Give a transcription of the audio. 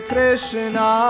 Krishna